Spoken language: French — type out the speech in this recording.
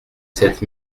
sept